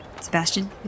Sebastian